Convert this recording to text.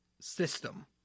system